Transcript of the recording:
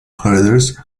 herders